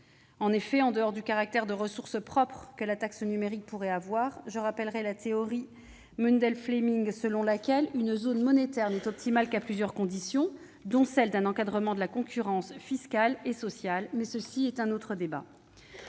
En effet, en dehors du caractère de ressource propre que le produit de la taxe numérique pourrait avoir, selon la théorie Mundell-Fleming, une zone monétaire n'est optimale qu'à plusieurs conditions, dont un encadrement de la concurrence fiscale et sociale. Mais c'est là un autre débat